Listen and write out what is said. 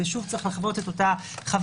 שוב צריך לחוות את אותה חוויה,